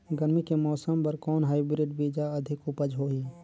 गरमी के मौसम बर कौन हाईब्रिड बीजा अधिक उपज होही?